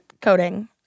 coding